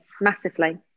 massively